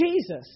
Jesus